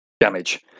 damage